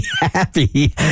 happy